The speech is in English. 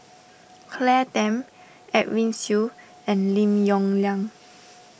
Claire Tham Edwin Siew and Lim Yong Liang